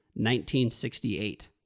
1968